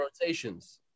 rotations